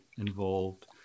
involved